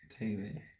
TV